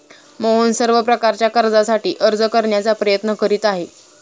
मोहन सर्व प्रकारच्या कर्जासाठी अर्ज करण्याचा प्रयत्न करीत आहे